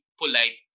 polite